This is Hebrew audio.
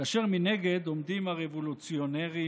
כאשר מנגד עומדים הרבולוציונרים,